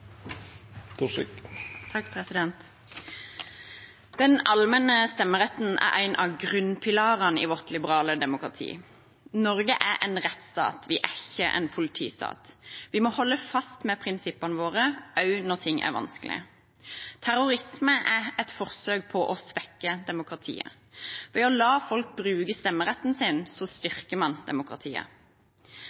Den allmenne stemmeretten er en av grunnpilarene i vårt liberale demokrati. Norge er en rettsstat, vi er ikke en politistat. Vi må holde fast ved prinsippene våre, også når ting er vanskelige. Terrorisme er et forsøk på å svekke demokratiet. Ved å la folk bruke stemmeretten sin styrker man demokratiet.